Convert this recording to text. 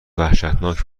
وحشتناک